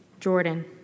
Jordan